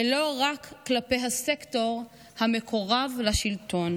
ולא רק כלפי הסקטור המקורב לשלטון,